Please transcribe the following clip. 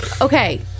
okay